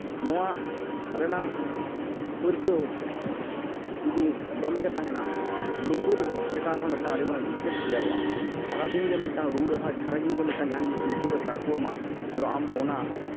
ᱱᱚᱣᱟ ᱨᱮᱱᱟᱜ ᱯᱟᱹᱨᱠᱟᱹᱣ ᱡᱩᱫᱤ ᱫᱚᱢᱮᱜᱮ ᱛᱟᱦᱮᱱᱟ ᱞᱩᱛᱩᱨ ᱪᱮᱛᱟᱱ ᱨᱮᱦᱚᱸ ᱢᱤᱫᱴᱟᱱ ᱟᱹᱰᱤ ᱢᱟᱨᱟᱝ ᱤᱯᱷᱮᱠᱴ ᱛᱮᱭᱟᱨᱚᱜᱼᱟ ᱥᱟᱨᱟᱫᱤᱱ ᱜᱮ ᱢᱤᱫᱴᱟᱱ ᱨᱩ ᱨᱟᱦᱟ ᱥᱟᱨᱟᱫᱤᱱ ᱜᱮ ᱢᱤᱫᱴᱟᱱ ᱡᱟᱦᱟᱱ ᱡᱤᱱᱤᱥ ᱞᱩᱛᱩᱨ ᱨᱮ ᱛᱟᱨᱠᱚ ᱟᱢᱟ ᱟᱫᱚ ᱟᱢᱫᱚ ᱚᱱᱟ